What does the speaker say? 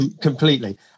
completely